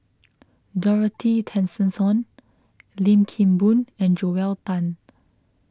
Dorothy Tessensohn Lim Kim Boon and Joel Tan